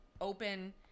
open